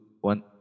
one